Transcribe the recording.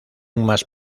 más